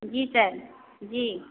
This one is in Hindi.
जी सर जी